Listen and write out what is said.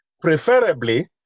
preferably